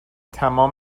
تمام